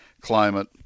climate